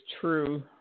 true